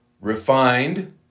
refined